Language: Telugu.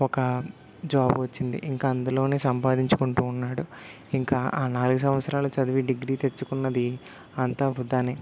ఒక జాబ్ వచ్చింది ఇంకా అందులోనే సంపాదించుకుంటూ ఉన్నాడు ఇంకా ఆ నాలుగు సంవత్సరాలు చదివి డిగ్రీ తెచ్చుకున్నది అంతా వృధానే